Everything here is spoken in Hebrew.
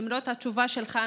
למרות התשובה שלך,